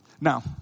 Now